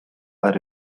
are